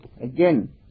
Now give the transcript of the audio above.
again